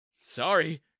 Sorry